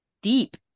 deep